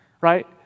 right